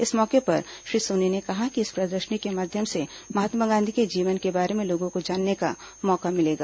इस मौके पर श्री सोनी ने कहा कि इस प्रदर्शनी के माध्यम से महात्मा गांधी के जीवन के बारे में लोगों को जानने का मौका मिलेगा